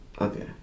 okay